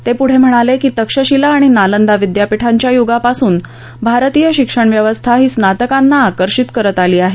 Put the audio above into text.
ते पुढे म्हणाले की तक्षशीला आणि नालंदा विद्यापीठांच्या युगापासून भारतीय शिक्षणव्यवस्था ही स्नातकांना आकर्षित करत आली आहे